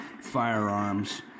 firearms